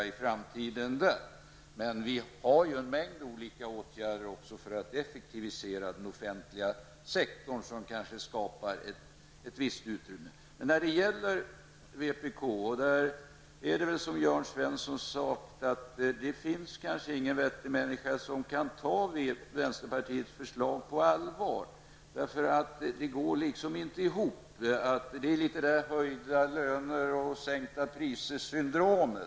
Men vi föreslår också en mängd olika åtgärder för att effektivisera den offentliga sektorn, och det kanske skapar ett visst utrymme. Men åter till vpk! Det är kanske som Jörn Svensson säger, att det inte finns någon vettig människa som kan ta vänsterpartiets förslag på allvar. Jag tänker då på dess höjda-löner-sänkta-priser-syndrom.